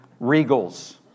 Regals